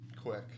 quick